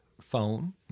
phone